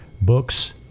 Books